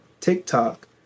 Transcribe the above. Tiktok